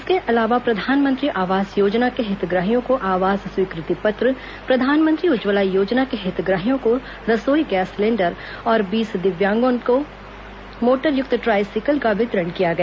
इसके अलावा प्रधानमंत्री आवास योजना के हितग्राहियों को आवास स्वीकृति पत्र प्रधानमंत्री उज्जवला योजना के हितग्राहियों को रसोई गैस सिलेंडर और बीस दिव्यांगों को मोटर युक्त ट्राइसिकल का वितरण किया गया